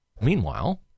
Meanwhile